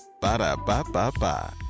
Ba-da-ba-ba-ba